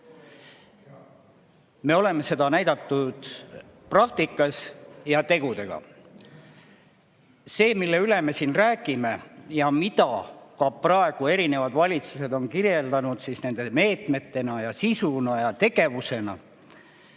Me oleme seda näidanud praktikas ja tegudega. See, millest me siin räägime ja mida ka praegu erinevad valitsused on kirjeldanud meetmetena ja sisuna ja tegevusena,